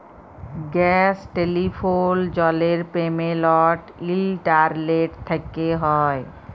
gas, telephone, জলের payment internet থ্যকে হয়